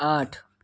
આઠ